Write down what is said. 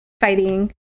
fighting